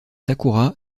sakura